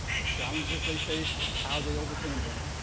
the challenges they faced, and how they overcame them,